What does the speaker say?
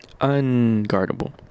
Unguardable